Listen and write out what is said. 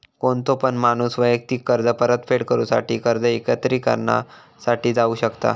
कोणतो पण माणूस वैयक्तिक कर्ज परतफेड करूसाठी कर्ज एकत्रिकरणा साठी जाऊ शकता